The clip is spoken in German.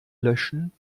löschen